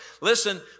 Listen